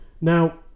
now